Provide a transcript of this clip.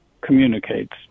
communicates